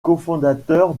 cofondateur